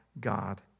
God